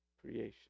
creation